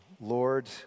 Lord